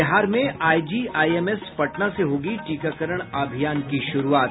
बिहार में आईजीआईएमएस पटना से होगी टीकाकरण अभियान की शुरूआत